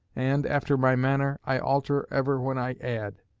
and, after my manner, i alter ever when i add.